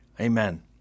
Amen